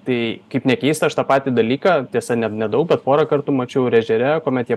tai kaip nekeista aš tą patį dalyką tiesa ne nedaug bet porą kartų mačiau ir ežere kuomet jie